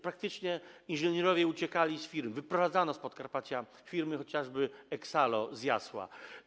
Praktycznie inżynierowie uciekali z firm, wyprowadzano z Podkarpacia firmy, chociażby Exalo z Jasła.